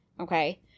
okay